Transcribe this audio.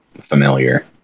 familiar